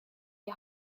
die